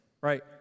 right